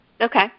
Okay